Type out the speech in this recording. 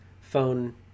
phone